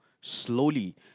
Slowly